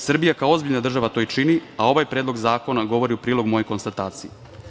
Srbija kao ozbiljna država to i čini, a ovaj Predlog zakona govori u prilog moje konstatacije.